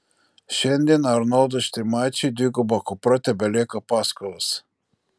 šiandien arnoldui štrimaičiui dviguba kupra tebelieka paskolos